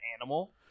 animal